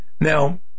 Now